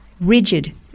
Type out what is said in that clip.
rigid